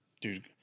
Dude